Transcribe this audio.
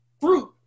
fruit